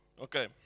Okay